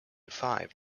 five